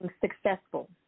successful